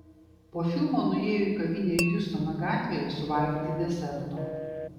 po filmo nuėjo į kavinę hjustono gatvėje suvalgyti deserto